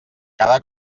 cada